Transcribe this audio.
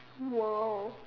!whoa!